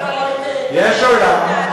יש עולם,